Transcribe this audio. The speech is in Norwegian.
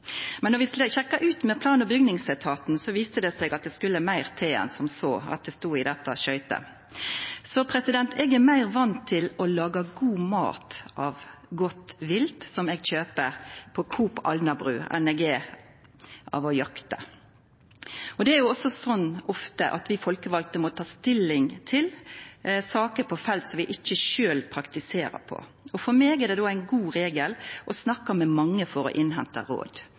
Men då vi sjekka dette med plan- og bygningsetaten, viste det seg at det skulle meir til enn som så – at det stod i dette skøytet. Eg er meir van med å laga god mat av godt vilt som eg kjøper på Coop Alnabru, enn eg er med å jakta. Det er jo også ofte sånn at vi folkevalde må ta stilling til saker på felt som vi ikkje sjølve praktiserer på. For meg er det då ein god regel å snakka med mange for å henta inn råd.